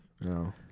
No